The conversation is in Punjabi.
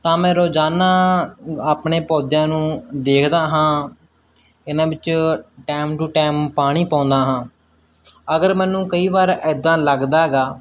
ਤਾਂ ਮੈਂ ਰੋਜ਼ਾਨਾ ਆਪਣੇ ਪੌਦਿਆਂ ਨੂੰ ਦੇਖਦਾ ਹਾਂ ਇਹਨਾਂ ਵਿੱਚ ਟਾਈਮ ਟੂ ਟਾਈਮ ਪਾਣੀ ਪਾਉਂਦਾ ਹਾਂ ਅਗਰ ਮੈਨੂੰ ਕਈ ਵਾਰ ਇੱਦਾਂ ਲੱਗਦਾ ਹੈਗਾ